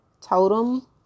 totem